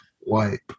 wipe